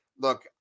look